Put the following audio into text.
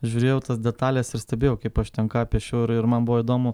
žiūrėjau tas detales ir stebėjau kaip aš ten ką piešiau ir ir man buvo įdomu